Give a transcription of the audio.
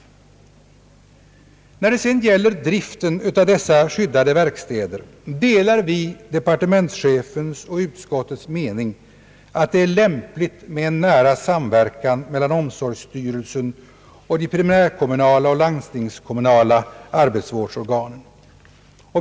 När det gäller driften av dessa skyddade verkstäder delar vi departementschefens och utskottets mening att det är lämpligt med en nära samverkan mellan omsorgsstyrelsen och de primärkommunala och landstingskommunala arbetsvårdsorganen.